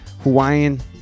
hawaiian